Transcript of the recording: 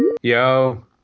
Yo